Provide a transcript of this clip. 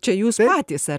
čia jūs patys ar